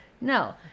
No